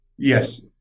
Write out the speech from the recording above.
Yes